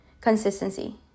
Consistency